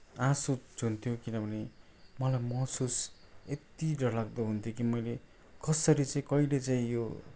आँसु चुहिन्थ्यो किनभने मलाई महसुस यति डरलाग्दो हुन्थ्यो कि मैले कसरी चाहिँ कहिले चाहिँ यो